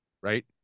right